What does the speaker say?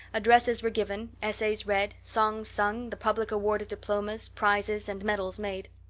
addresses were given, essays read, songs sung, the public award of diplomas, prizes and medals made.